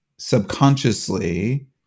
subconsciously